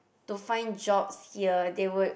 to find jobs here they would